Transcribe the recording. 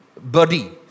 Body